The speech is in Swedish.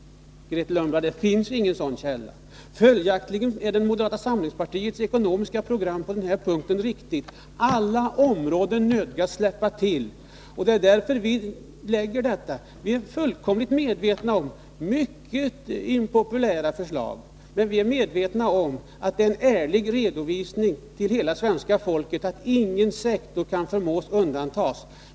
Det finns inte någon sådan källa, Grethe Lundblad. Följaktligen är moderata samlingspartiets ekonomiska program riktigt på den punkten. På alla områden nödgas man släppa till. Det är därför som vi lägger fram vårt program. Vidare är vi fullkomligt medvetna om att det är fråga om mycket impopulära förslag, men vi är samtidigt medvetna om att det är en ärlig redovisning. Hela svenska folket får därmed klart för sig att ingen sektor kan förmås undantas.